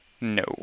No